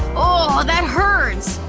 ohhhhh that hurts!